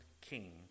king